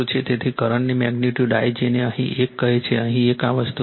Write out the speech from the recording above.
તેથી કરંટની magnitude I જેને અહીં એક કહે છે અહીં એક આ વસ્તુ છે